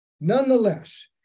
nonetheless